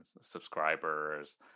subscribers